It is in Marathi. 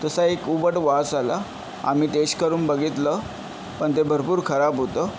तसा एक उबट वास आला आमी टेश करून बघितलं पण ते भरपूर खराब होतं